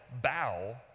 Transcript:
bow